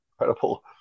incredible